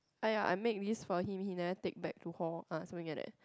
!aiya! I make this for him he never take back to hall ah something like that